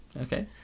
okay